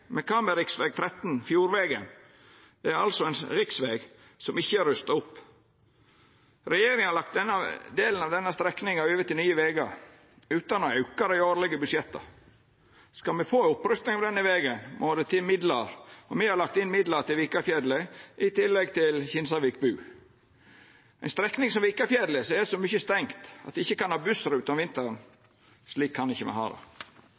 kva med rv. 13, Fjordvegen? Det er altså ein riksveg som ikkje er rusta opp. Regjeringa har lagt denne delen av strekninga over til Nye Vegar utan å auka dei årlege budsjetta. Skal me få ei opprusting av denne vegen, må det til midlar. Me har lagt inn midlar til Vikafjellet i tillegg til Kinsarvik–Bu. Ei strekning som Vikafjellet er så mykje stengd at ein ikkje kan ha bussrute der om vinteren – slik kan me ikkje ha det. Det